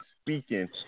speaking